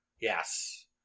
Yes